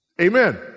Amen